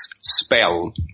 spell